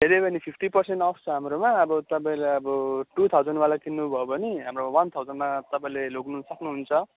हेऱ्यो भने fifty percent off छ हाम्रोमा अब तपाईँलाई अब टू थाउजन्डवाला किन्नुभयो भने हाम्रो वान थाउजन्डमा तपाईँले लानु सक्नुहुन्छ